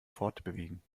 fortbewegen